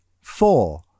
Four